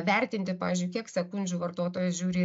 vertinti pavyzdžiui kiek sekundžių vartotojas žiūri